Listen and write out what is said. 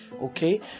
okay